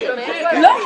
דודו.